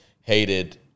hated